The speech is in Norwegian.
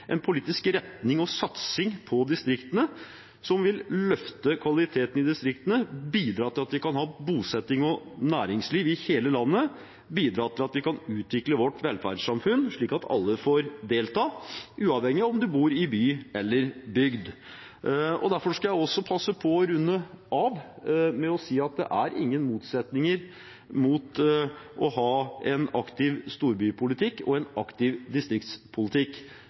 en politisk retning og satsing på distriktene som vil løfte kvaliteten i distriktene, bidra til at vi kan ha bosetting og næringsliv i hele landet, og til at vi kan utvikle vårt velferdssamfunn slik at alle får delta, uavhengig av om de bor i by eller bygd. Derfor skal jeg passe på å runde av med å si at det er ingen motsetning mellom å ha en aktiv storbypolitikk og en aktiv distriktspolitikk.